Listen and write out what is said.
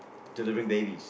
delivering babies